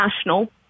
National